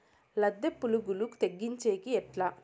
లద్దె పులుగులు తగ్గించేకి ఎట్లా?